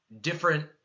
different